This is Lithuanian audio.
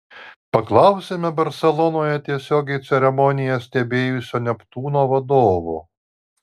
paklausėme barselonoje tiesiogiai ceremoniją stebėjusio neptūno vadovo